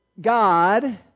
God